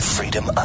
Freedom